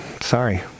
sorry